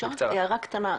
הערה קטנה,